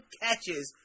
catches